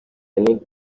yannick